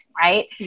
Right